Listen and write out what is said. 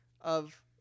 of-